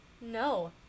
No